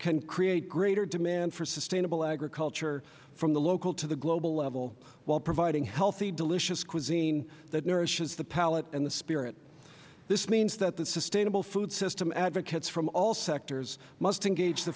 can create greater demand for sustainable agriculture from the local to the global level while providing healthy delicious cuisine that nourishes the palate and the spirit this means that the sustainable food system advocates from all sectors must engage the